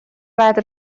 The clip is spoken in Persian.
بعد